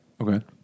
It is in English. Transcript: Okay